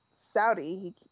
Saudi